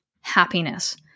happiness